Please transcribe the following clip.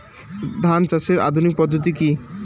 ধান চাষের আধুনিক পদ্ধতি কি?